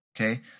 Okay